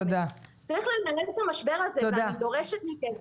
צריך לנהל את המשבר הזה, אני דורשת מכם.